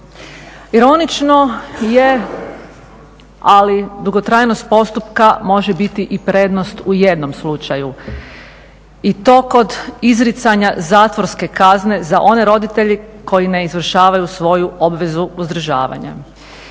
Ironično je, ali dugotrajnost postupka može biti i prednost u jednom slučaju i to kod izricanja zatvorske kazne za one roditelje koji ne izvršavaju svoju obvezu uzdržavanja.